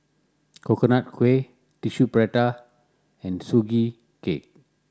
Coconut Kuih Tissue Prata and Sugee Cake